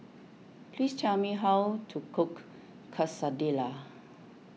please tell me how to cook Quesadillas